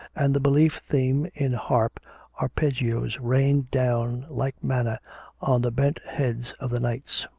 and the belief theme in harp arpeggios rained down like manna on the bent heads of the knights.